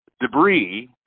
debris